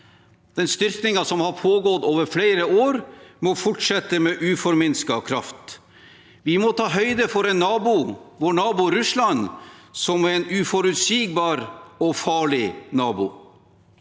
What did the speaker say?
Den styrkingen som har pågått over flere år, må fortsette med uforminsket kraft. Vi må ta høyde for at vår nabo Russland er uforutsigbar og farlig.